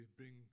bring